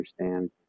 understand